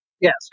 Yes